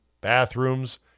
bathrooms